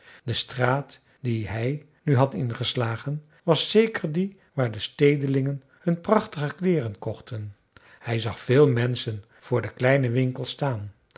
de straat die hij nu had ingeslagen was zeker die waar de stedelingen hun prachtige kleeren kochten hij zag véél menschen voor de kleine winkels staan